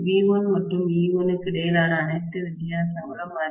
V1 மற்றும் E1 க்கு இடையிலான அனைத்து வித்தியாசங்களும் அதிகமாக இல்லை